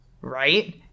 right